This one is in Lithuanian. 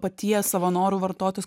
paties savo noru vartotus